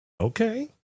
okay